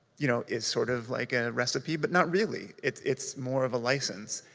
you know, is sort of like and a recipe, but not really. it's it's more of a license.